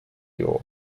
yaw